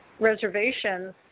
reservations